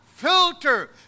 filter